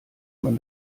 man